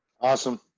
Awesome